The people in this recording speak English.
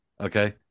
okay